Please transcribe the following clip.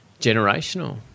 generational